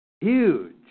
huge